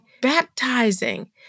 baptizing